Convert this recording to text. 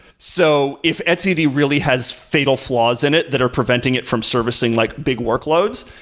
so if etcd really has fatal flaws in it that are preventing it from servicing like big workloads,